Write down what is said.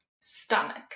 stomach